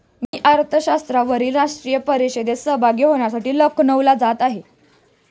मी अर्थशास्त्रावरील राष्ट्रीय परिषदेत सहभागी होण्यासाठी लखनौला जात आहे